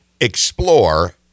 explore